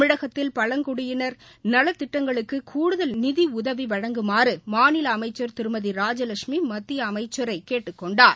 தமிழகத்தில் பழங்குடியினர் நல திட்டங்களுக்கு கூடுதல் நிதி உதவி வழங்குமாறு மாநில அமைச்சர் திருமதி ராஜலெட்சுமி மத்திய அமைச்சரை கேட்டுக் கொண்டார்